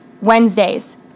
Wednesdays